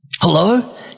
Hello